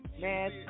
Man